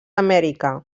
amèrica